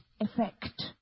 effect